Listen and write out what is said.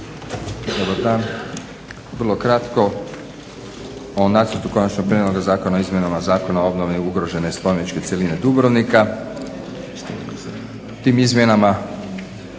dan. Vrlo kratko o Nacrtu konačnog prijedloga zakona o izmjenama Zakona o obnovi ugrožene spomeničke cjeline Dubrovnika. Tim izmjenama